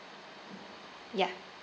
ya